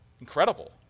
Incredible